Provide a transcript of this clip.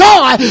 God